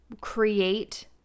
create